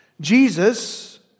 Jesus